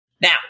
Now